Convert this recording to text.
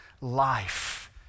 life